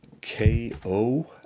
K-O